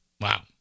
Wow